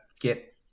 get